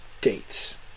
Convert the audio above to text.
dates